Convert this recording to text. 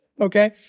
Okay